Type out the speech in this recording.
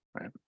right